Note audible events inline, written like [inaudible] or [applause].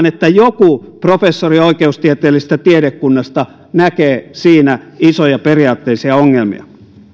[unintelligible] että joku professori oikeustieteellisestä tiedekunnasta näkee siinä isoja periaatteellisia ongelmia